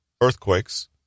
earthquakes